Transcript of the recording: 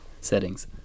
settings